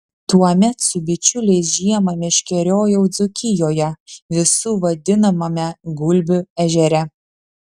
tuomet su bičiuliais žiemą meškeriojau dzūkijoje visų vadinamame gulbių ežere